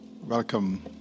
Welcome